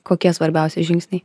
kokie svarbiausi žingsniai